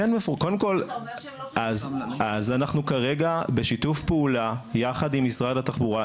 אנחנו כרגע בשיתוף פעולה יחד עם משרד התחבורה,